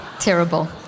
terrible